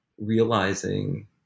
realizing